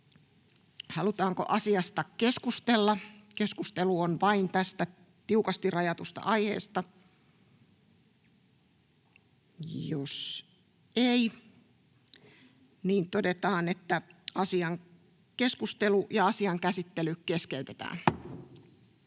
Halutaanko asiasta keskustella? Keskustelu on vain tästä tiukasti rajatusta aiheesta. Jos ei, niin todetaan, että keskustelu ja asian käsittely keskeytetään.